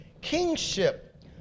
kingship